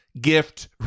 Gift